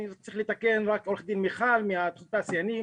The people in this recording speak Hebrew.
אני צריך רק לתקן את עו"ד מיכל מהתאחדות התעשיינים